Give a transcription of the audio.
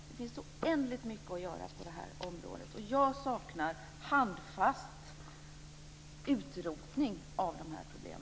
Det finns oändligt mycket att göra på detta område. Och jag saknar handfast utrotning av dessa problem.